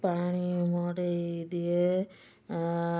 ପାଣି ମଡ଼ାଇ ଦିଏ ଆଉ